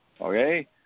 okay